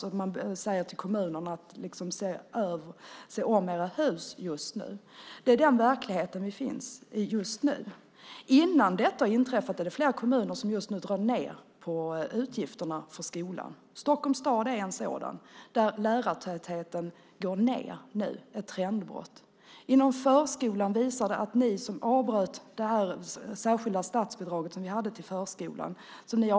Man säger liksom till kommunerna: Se om era hus! Det är i den verkligheten vi just nu finns. Just nu, innan detta har inträffat, drar flera kommuner ned på sina utgifter för skolan. Stockholms stad är en sådan kommun. Där minskar nu lärartätheten - ett trendbrott. Inom förskolan visar det sig att ni ett år tidigare än som hade behövts har avbrutit det särskilda statsbidrag som vi hade till förskolan.